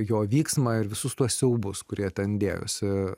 jo vyksmą ir visus tuos siaubus kurie ten dėjosi